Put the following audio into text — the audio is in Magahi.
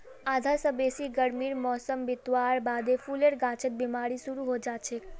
आधा स बेसी गर्मीर मौसम बितवार बादे फूलेर गाछत बिमारी शुरू हैं जाछेक